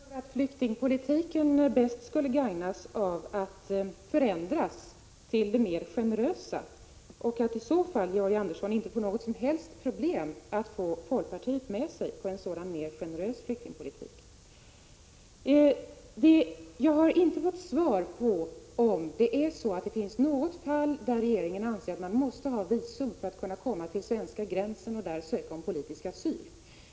Fru talman! Jag tror att flyktingpolitiken bäst skulle gagnas av att förändras till att bli mer generös. I så fall skulle Georg Andersson inte få några som helst problem att få folkpartiet med sig. Jag har inte fått svar på om det är så att det finns något fall där regeringen anser att man måste ha visum för att komma till svenska gränsen och där ansöka om politisk asyl.